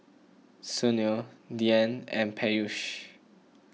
Sunil Dhyan and Peyush